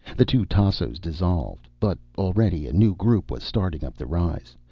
the two tassos dissolved. but already a new group was starting up the rise,